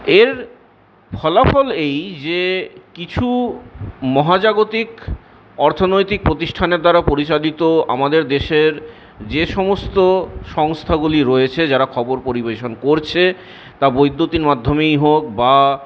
এর ফলাফল এই যে কিছু মহাজাগতিক অর্থনৈতিক প্রতিষ্ঠানের দ্বারা পরিচালিত আমাদের দেশের যে সমস্ত সংস্থাগুলি রয়েছে যারা খবর পরিবেশন করছে তা বৈদ্যুতিন মাধ্যমেই হোক বা